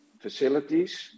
facilities